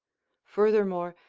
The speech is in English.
furthermore,